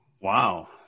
Wow